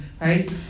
right